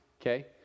okay